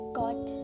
got